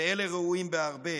ואלה ראויים בהרבה.